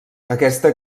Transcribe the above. aquesta